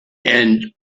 end